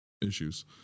issues